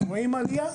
רואים עלייה,